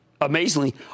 amazingly